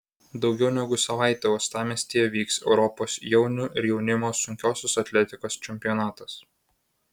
daugiau negu savaitę uostamiestyje vyks europos jaunių ir jaunimo sunkiosios atletikos čempionatas